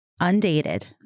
undated